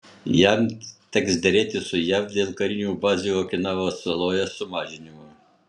jam teks derėtis su jav dėl karinių bazių okinavos saloje sumažinimo